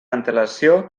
antelació